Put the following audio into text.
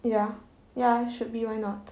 ya ya should be why not